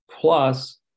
plus